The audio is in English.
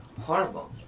horrible